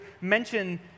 mention